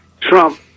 Trump